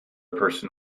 person